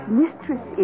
mistress